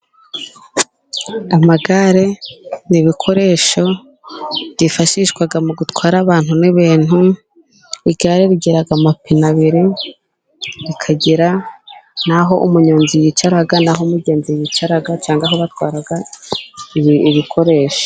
Amagare n'ibikoresho byifashishwa mu gutwara abantu n'ibintu. Igare rigira amapine abiri, rikagira n'aho umunyanzonzi yicara, n'aho umugenzi yicara cyangwa aho batwara ibi ibikoresho.